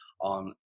on